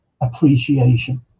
appreciation